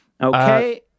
Okay